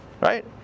Right